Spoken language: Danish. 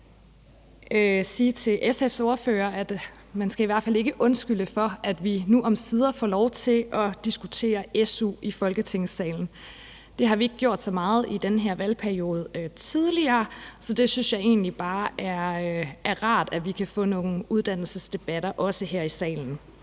sige til SF's ordfører, at man i hvert fald ikke skal undskylde for, at vi nu omsider får lov til at diskutere su i Folketingssalen. Det har vi ikke gjort så meget tidligere i den her valgperiode, så jeg synes egentlig bare, det er rart, at vi også kan få nogle uddannelsesdebatter her i salen.